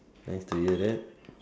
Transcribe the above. nice to hear that